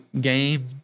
game